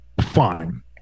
fine